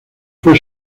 fue